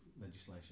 legislation